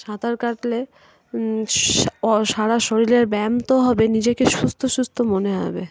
সাঁতার কাটলে সারা শরীরের ব্যায়াম তো হবে নিজেকে সুস্থ সুস্থ মনে হবে